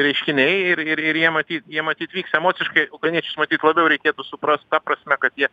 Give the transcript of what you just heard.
reiškiniai ir ir ir jie matyt jie matyt vyks emociškai ukrainiečius matyt labiau reikėtų suprast ta prasme kad jie